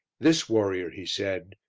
this warrior, he said,